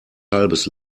halbes